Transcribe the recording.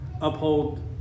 uphold